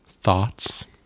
Thoughts